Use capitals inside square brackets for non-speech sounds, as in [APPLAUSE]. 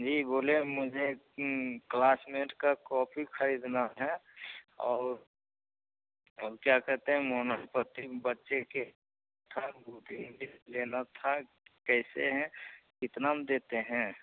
जी बोलिए मुझे क्लासमेट की कॉपी ख़रीदना है और और वह क्या कहते हैं मोनोस्पति बच्ची की थर्ड [UNINTELLIGIBLE] लेना था कि कैसे है कितने में देते हैं